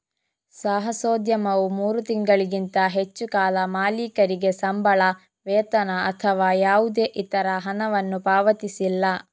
ಸಾಹಸೋದ್ಯಮವು ಮೂರು ತಿಂಗಳಿಗಿಂತ ಹೆಚ್ಚು ಕಾಲ ಮಾಲೀಕರಿಗೆ ಸಂಬಳ, ವೇತನ ಅಥವಾ ಯಾವುದೇ ಇತರ ಹಣವನ್ನು ಪಾವತಿಸಿಲ್ಲ